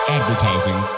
Advertising